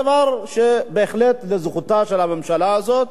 זה בהחלט דבר לזכותה של הממשלה הזאת,